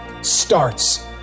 starts